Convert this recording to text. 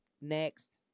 Next